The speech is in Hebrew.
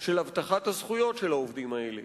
של הבטחת הזכויות של העובדים האלה.